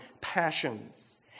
passions